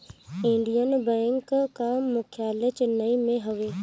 Indian Bank कअ मुख्यालय चेन्नई में हवे